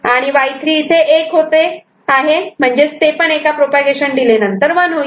आणि Y3 इथे 1 होत आहे म्हणजेच ते पण एका प्रोपागेशन डिले नंतर 1 होईल